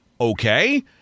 okay